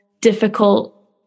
difficult